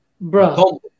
Bro